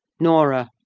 norah!